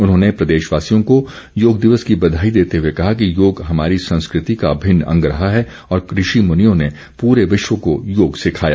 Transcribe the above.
उन्होंने प्रदेशवासियों को योग दिवस की बधाई देते हुए कहा कि योग हमारी संस्कृति का अभिन्न अंग रहा है और ऋषि मुनियों ने पूरे विश्व को योग सिखाया